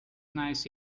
nice